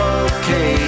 okay